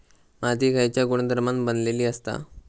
माती खयच्या गुणधर्मान बनलेली असता?